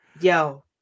yo